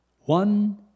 one